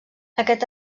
aquest